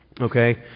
Okay